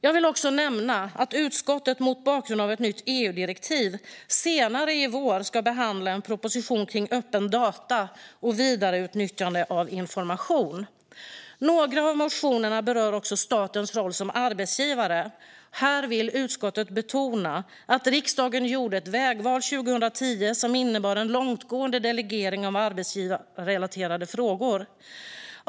Jag vill också nämna att utskottet senare i vår, mot bakgrund av ett nytt EU-direktiv, ska behandla en proposition om öppna data och vidareutnyttjande av information. Några av motionerna berör också statens roll som arbetsgivare. Här vill utskottet betona att riksdagen gjorde ett vägval 2010 som innebar en långtgående delegering av arbetsgivarrelaterade frågor.